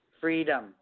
freedom